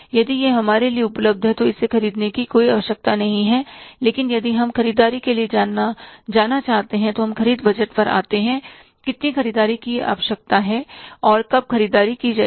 यदि यह हमारे पास उपलब्ध है तो इसे खरीदने की कोई आवश्यकता नहीं है लेकिन यदि हम ख़रीददारी के लिए जाना चाहते हैं तो हम ख़रीद बजट पर आते हैं कितनी ख़रीददारी की आवश्यकता है और कब ख़रीददारी की जाएगी